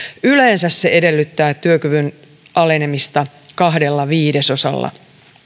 yleensä se edellyttää työkyvyn alenemista kahdella viidesosalla